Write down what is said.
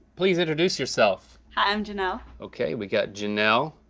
please introduce yourself. hi i'm janelle. okay we got janelle.